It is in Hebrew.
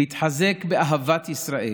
להתחזק באהבת ישראל,